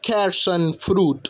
ખેરસન fruit